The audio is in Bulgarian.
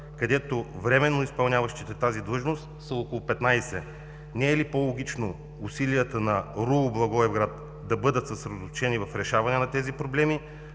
където временно изпълняващите тази длъжност са около 15? Не е ли по-логично усилията на РУО – Благоевград, да бъдат съсредоточени в решаване на тези проблеми,